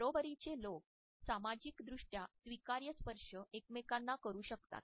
बरोबरीचे लोक सामाजिकदृष्ट्या स्वीकार्य स्पर्श एकमेकांना करू शकतात